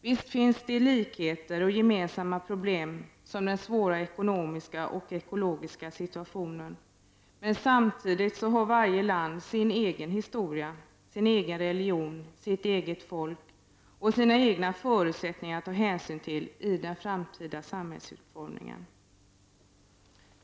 Visst finns det likheter och gemensamma problem, såsom den svåra ekonomiska och ekologiska situationen, men samtidigt har varje land sin egen historia, religion, sitt eget folk och sina egna förutsättningar att ta hänsyn till i den framtida samhällsutformningen.